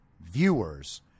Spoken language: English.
viewers